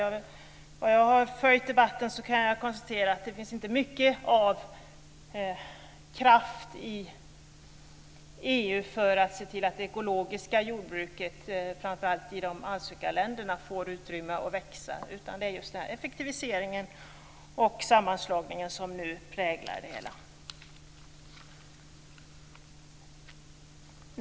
Efter att ha följt debatten kan jag konstatera att det inte finns mycket av kraft i EU för att se till att det ekologiska jordbruket, framför allt i ansökarländerna, får utrymme att växa. Det är i stället effektiviseringar och sammanslagningar som nu präglar det hela.